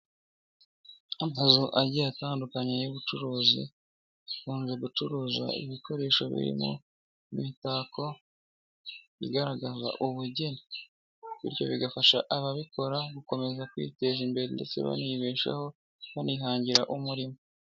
Amazu agiye atandukanye y'ubucuruzi akunze gucuruza ibikoresho birimo imitako igaragaza ubugeni, ibyo bigafasha ababikora gukomeza kwiteza imbere ndetse banibeshaho banihangira umurimo.